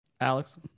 Alex